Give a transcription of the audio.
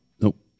Nope